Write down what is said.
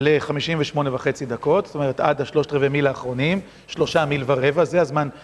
לחמישים ושמונה וחצי דקות, זאת אומרת עד השלושת רבעי מיל האחרונים, שלושה מיל ורבע, זה הזמן.